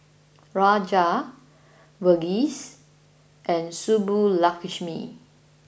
Raja Verghese and Subbulakshmi